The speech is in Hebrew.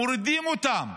מורידים אותם.